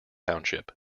township